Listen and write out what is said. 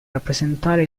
rappresentare